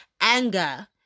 anger